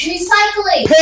Recycling